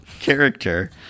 character